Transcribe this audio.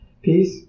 Peace